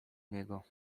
niego